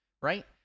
right